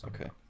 Okay